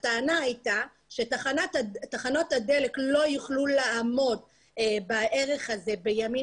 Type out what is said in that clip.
הטענה הייתה שתחנות הדלק לא יוכלו לעמוד בערך הזה בימים